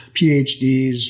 PhDs